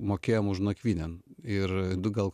mokėjom už nakvynę ir du gal